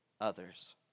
others